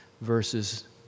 verses